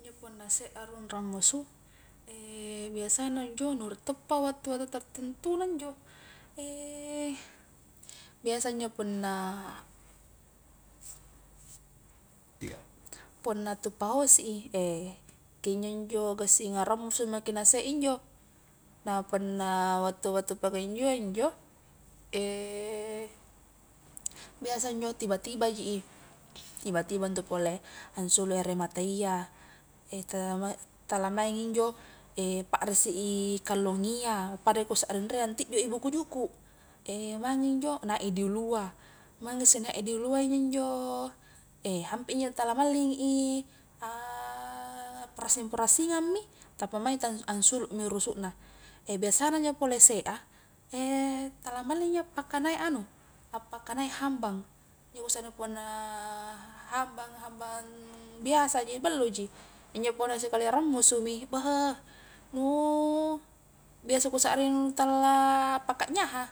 Injo punna rammusu, biasana njo nu rie toppa wattu-wattu tertentuna njo, biasa njo punna attu pahosi i eh kunjo njo gassing a rammusu maki nasie injo, napunna wattu attu pakunjoa njo biasa njo tiba-tibaji i, tiba-tiba ntu pole ansulu ere matayya, tala maingi injo parrisi i kallong iya, pada kusarring rie tijjoi buku juku, mangi injo nai i di ulua, maingi isse naik di ulua injo njo eh hampi injo tala mallingi i parassing-parassingangmi, tappa maing tang ansulu mi urusuna, e biasana njo pole se a, tala malling injo pakanai anu, appakanai hambang, injo kusanna punna hambanga, hambang biasaji balloji, injo punna sikali rammusu mi, beh nu biasa ku sarring tala paka nyaha,